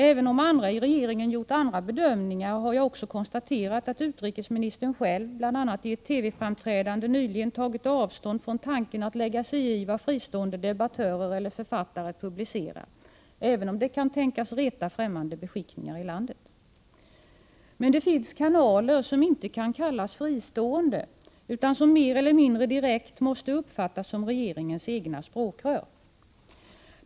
Även om andra i regeringen har gjort andra bedömningar har jag också konstaterat att utrikesministern själv, bl.a. i ett TV-framträdande nyligen, tagit avstånd från tanken att lägga sig i vad fristående debattörer eller författare publicerar, även om det kan tänkas reta fträmmande beskickningar i landet. Men det finns kanaler som inte kan kallas fristående utan som mer eller mindre direkt måste uppfattas som regeringens egna språkrör.